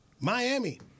Miami